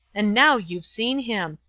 and now you've seen him.